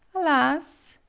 alas!